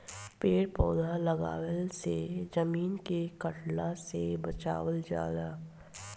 पेड़ पौधा लगवला से जमीन के कटला से बचावल जाला